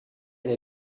dai